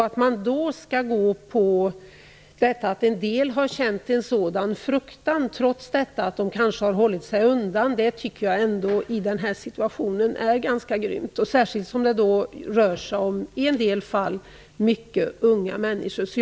Att då gå på att en del har känt en sådan fruktan att de har hållit sig undan tycker jag är ganska grymt, särskilt som det i en del fall rör sig om mycket unga människor.